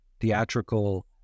theatrical